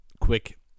Quick